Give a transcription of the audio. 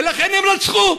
ולכן הם רצחו.